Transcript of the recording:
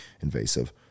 invasive